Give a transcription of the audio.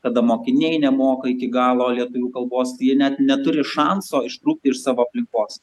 kada mokiniai nemoka iki galo lietuvių kalbos jie net neturi šanso ištrūkti iš savo aplinkos